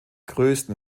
größten